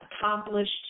accomplished